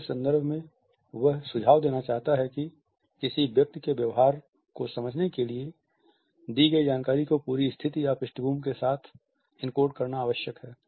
इस संदर्भ में वह सुझाव देना चाहता है कि किसी व्यक्ति के व्यवहार को समझने के लिए दी गई जानकारी को पूरी स्थिति या पृष्ठभूमि के साथ इनकोड करना आवश्यक है